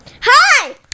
Hi